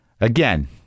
again